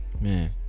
Man